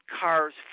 cars